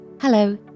Hello